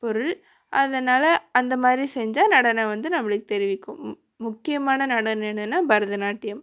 பொருள் அதனால் அந்த மாதிரி செஞ்சால் நடனம் வந்து நம்மளுக்கு தெரிவிக்கும் முக்கியமான நடனம் என்னென்னா பரதநாட்டியம்